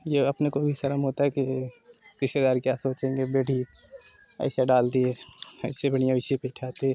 यह अपने भी को शर्म होता कि रिश्तेदार क्या सोचेंगे बेड ही ऐसे डाल दिए इससे बढ़िया ऐसे बिछाते